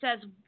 says